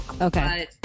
Okay